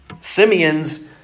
Simeon's